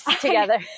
together